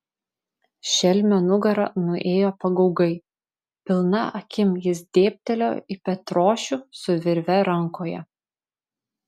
šelmio nugara nuėjo pagaugai pilna akim jis dėbtelėjo į petrošių su virve rankoje